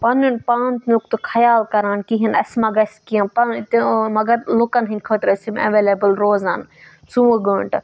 پَنُن پانہٕ تنیُک تہُٕک خیال کَران کِہیٖنۍ اَسہِ ما گَژھِ کینٛہہ پَنٕنۍ مگر لُکَن ہٕنٛدۍ خٲطرٕ ٲسۍ یِم ایویلیبٕل روز ژۄوُہ گٲنٛٹہٕ